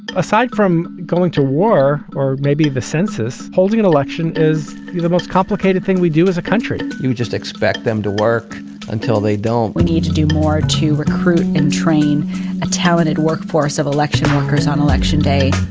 aside from going to war or maybe the census, holding an election is the most complicated thing we do as a country. you just expect them to work until they don't. we need to do more to recruit and train a talented workforce of election workers on election day